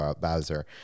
Bowser